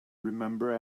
remember